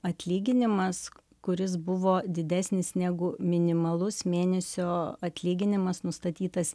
atlyginimas kuris buvo didesnis negu minimalus mėnesio atlyginimas nustatytas